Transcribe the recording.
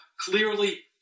clearly